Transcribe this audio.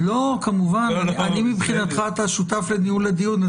אתה שותף לניהול הדיון,